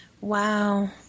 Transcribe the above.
Wow